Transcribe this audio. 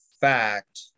fact